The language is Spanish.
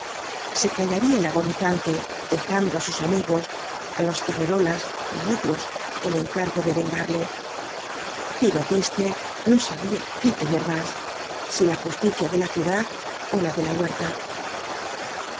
se callaría el agonizante dejando á sus amigos á los perrerólas ó á otros el encargo de vengarle y ba tiste no sabía qué temer más si la justicia de la ciudad ó la de la huerta